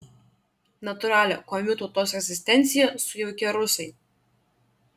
natūralią komių tautos egzistenciją sujaukė rusai